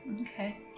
Okay